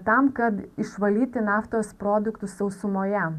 tam kad išvalyti naftos produktus sausumoje